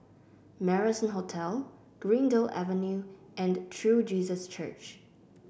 Marrison Hotel Greendale Avenue and True Jesus Church